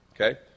Okay